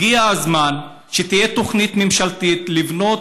הגיע הזמן שתהיה תוכנית ממשלתית לבנות